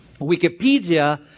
Wikipedia